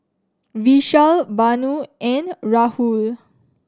Vishal Vanu and Rahul